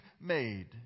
made